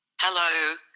Hello